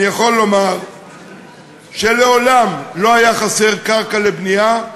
אני יכול לומר שמעולם לא חסרה קרקע לבנייה,